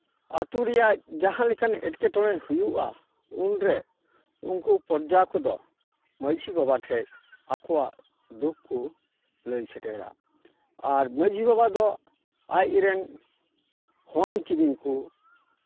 ᱟᱹᱛᱩ ᱨᱮᱭᱟᱜ ᱡᱟᱦᱟᱸᱞᱮᱠᱟᱱ ᱮᱴᱠᱮᱴᱚᱬ ᱦᱩᱭᱩᱜᱼᱟ ᱩᱱ ᱨᱮ ᱩᱱᱠᱩ ᱯᱚᱨᱡᱟ ᱠᱚᱫᱚ ᱢᱟᱺᱡᱷᱤ ᱵᱟᱵᱟ ᱴᱷᱮᱡ ᱟᱠᱚᱣᱟᱜ ᱫᱩᱠᱷ ᱠᱚ ᱞᱟᱹᱭ ᱥᱮᱴᱮᱨᱟ ᱟᱨ ᱢᱟᱺᱡᱷᱤ ᱵᱟᱵᱟ ᱫᱚ ᱟᱡ ᱨᱮᱱ ᱦᱚᱱ ᱠᱤᱢᱤᱱ ᱠᱚ